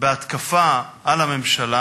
בהתקפה על הממשלה.